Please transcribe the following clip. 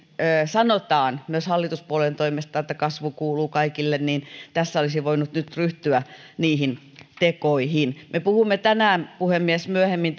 sanotaan myös hallituspuolueiden toimesta että kasvu kuuluu kaikille tässä olisi voinut nyt ryhtyä niihin tekoihin me puhumme tänään puhemies myöhemmin